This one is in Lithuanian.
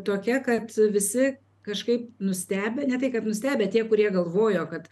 tokia kad visi kažkaip nustebę ne tai kad nustebę tie kurie galvojo kad